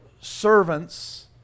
servants